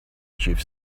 chief